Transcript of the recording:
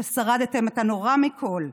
ששרדתם את הנורא מכול,